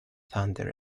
thunder